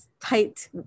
tight